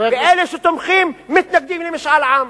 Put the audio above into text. ואלה שתומכים מתנגדים למשאל עם?